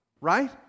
right